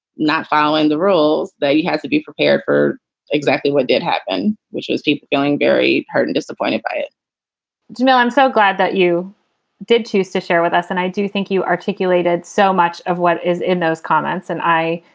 not following the rules, that you have to be prepared for exactly what did happen, which was going very hurt and disappointed by it you know i'm so glad that you did choose to share with us. and i do think you articulated so much of what is in those comments. and i,